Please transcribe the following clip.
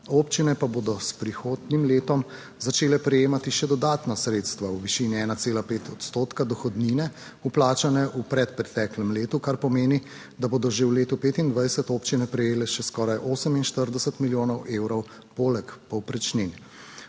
Občine pa bodo s prihodnjim letom začele prejemati še dodatna sredstva v višini 1,5 odstotka dohodnine vplačane v predpreteklem letu, kar pomeni, da bodo že v letu 2025 občine prejele še skoraj 48 milijonov evrov poleg povprečnine.